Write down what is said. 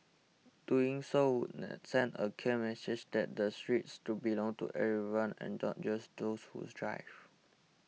doing so would send a clear message that the streets to belong to everyone and not just those who's drive